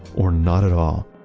or not at all.